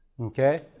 Okay